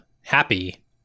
Happy